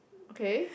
okay